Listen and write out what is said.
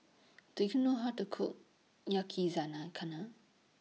Do YOU know How to Cook Yaki Zana Kana